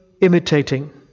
imitating